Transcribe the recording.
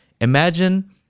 Imagine